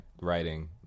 writing